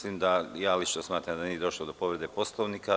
Lično smatram da nije došlo do povrede Poslovnika.